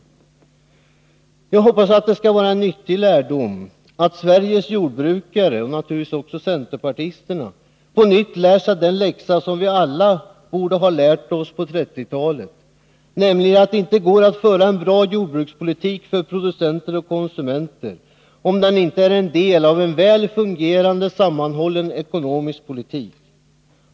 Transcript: Jag hoppas att det skall vara till nytta att Sveriges jordbrukare — och naturligtvis centerpartisterna — på nytt lär sig den läxa som vi alla borde ha lärt oss på 1930-talet, nämligen att det inte går att föra en för producenter och konsumenter bra jordbrukspolitik om den inte är en del av en väl fungerande, sammanhållen ekonomisk politik.